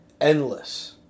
endless